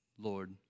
Lord